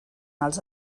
els